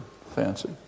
fancy